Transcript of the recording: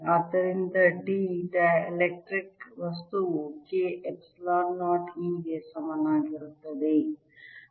ಆದ್ದರಿಂದ D dielectric ವಸ್ತುವು K epsilon 0 E ಗೆ ಸಮನಾಗಿರುತ್ತದೆ